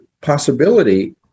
possibility